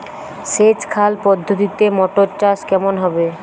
সেচ খাল পদ্ধতিতে মটর চাষ কেমন হবে?